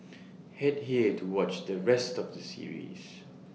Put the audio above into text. Head here to watch the rest of the series